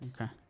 Okay